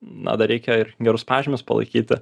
na dar reikia ir gerus pažymius palaikyti